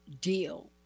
deal